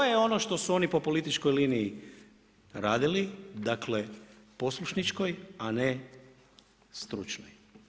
Eto, to je ono što su oni po političkoj liniji radili, dakle, poslušničkoj, a ne stručnoj.